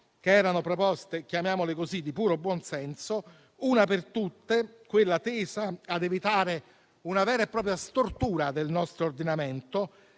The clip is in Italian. bocciate proposte emendative di puro buonsenso: una per tutte, quella tesa ad evitare una vera e propria stortura del nostro ordinamento,